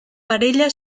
parella